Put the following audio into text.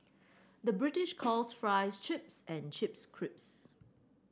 the British calls fries chips and chips crisps